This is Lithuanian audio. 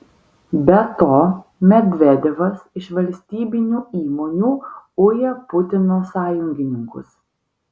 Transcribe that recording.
be to medvedevas iš valstybinių įmonių uja putino sąjungininkus